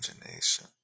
imagination